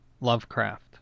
Lovecraft